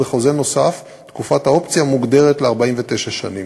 ובחוזה נוסף תקופת האופציה מוגדרת ל-49 שנים.